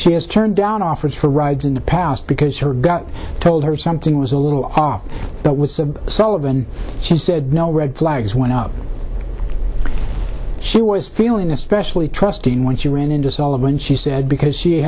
she has turned down offers for rides in the past because her gut told her something was a little off that was sullivan said no red flags went up she was feeling especially trusting what you ran into solomon she said because she